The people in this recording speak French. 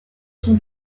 son